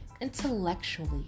intellectually